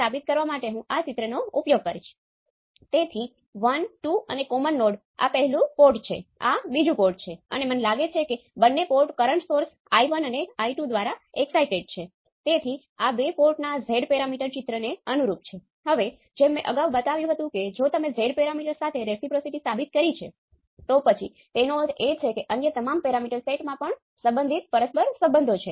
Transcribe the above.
આ માટે હું શું કરીશ કે પહેલા હું તમને અલ્ગોરિધમ છે